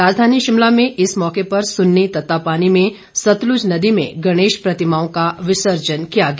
राजधानी शिमला में इस मौके पर सुन्नी तत्तापानी में सतलुज नदी में गणेश प्रतिमाओं का विसर्जन किया गया